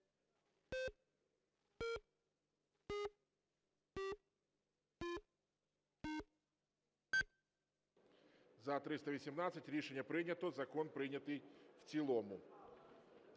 За-318 Рішення прийнято. Закон прийнятий в цілому.